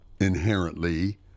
Inherently